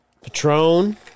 Patron